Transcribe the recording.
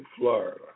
Florida